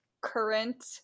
current